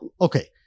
Okay